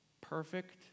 perfect